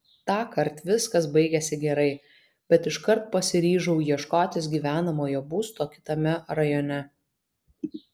tąkart viskas baigėsi gerai bet iškart pasiryžau ieškotis gyvenamojo būsto kitame rajone